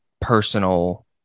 personal